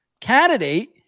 candidate